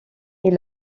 est